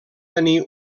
tenir